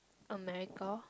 America